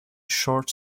short